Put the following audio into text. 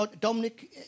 Dominic